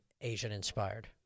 Asian-inspired